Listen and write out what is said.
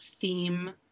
theme